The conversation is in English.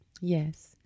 Yes